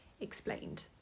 explained